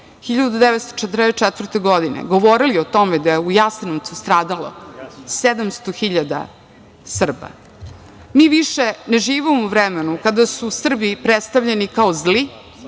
1944. godine govorili o tome da je u Jasenovcu stradalo 700 hiljada Srba. Mi više ne živimo u vremenu kada su Srbi predstavljeni kao zli,